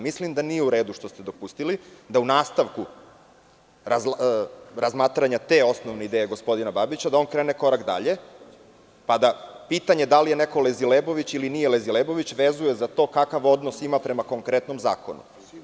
Mislim da nije u redu što ste dopustili da u nastavku razmatranja te osnovne ideje gospodina Babića, da on krene korak dalje, pa da pitanje da li je neko „lezilebović“ ili nije, vezuje za to kakav odnos ima prema konkretnom zakonu.